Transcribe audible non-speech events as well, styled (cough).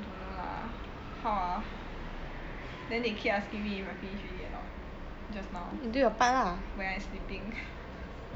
I don't know lah how ah then they keep asking me if I finish already or not just now when I sleeping (laughs)